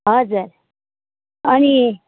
हजुर अनि